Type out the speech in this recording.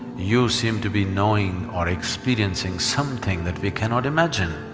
you seem to be knowing or experiencing something that we cannot imagine.